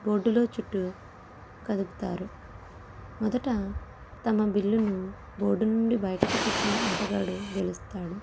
బోర్డులో చుట్టూ కదుపుతారు మొదట తమ బిల్లును బోర్డు నుండి బయటకు తీసిన ఆటగాడు గెలుస్తాడు